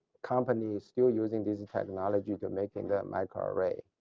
companies still using this and technology to make and microarray.